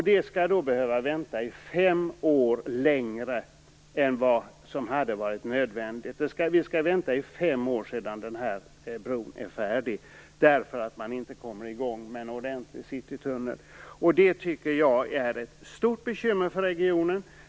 Detta skall vi alltså vänta på fem år längre än vad som hade varit nödvändigt. Vi skall vänta fem år efter det att bron är färdig för att man inte kommer i gång med en ordentlig citytunnel. Det tycker jag är ett stort bekymmer för regionen.